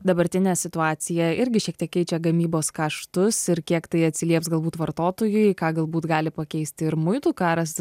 dabartinė situacija irgi šiek tiek keičia gamybos kaštus ir kiek tai atsilieps galbūt vartotojui ką galbūt gali pakeisti ir muitų karas